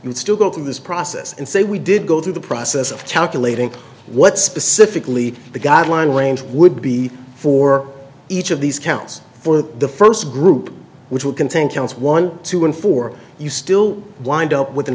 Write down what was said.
would still go through this process and say we did go through the process of calculating what specifically the guideline range would be for each of these counts for the first group which will contain counts one two and four you still wind up with